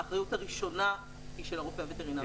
האחריות הראשונה היא של הרופא הווטרינר העירוני.